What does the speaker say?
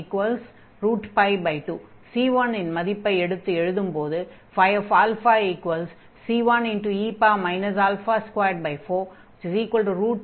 c1 இன் மதிப்பை எடுத்து எழுதும்போது c1e 242e 24 என்று ஆகும்